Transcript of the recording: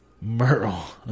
Merle